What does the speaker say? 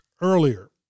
earlier